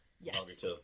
Yes